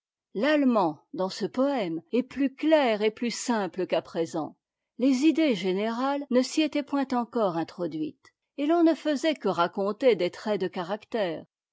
l'allemand dans ce poëme est plus clair et plus simple qu'à présent les idées générales ne s'y étaient point encore introduites et l'on ne faisait que raconter des traits de caractère